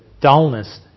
dullness